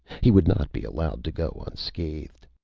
he would not be allowed to go unscathed.